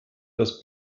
das